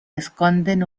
esconden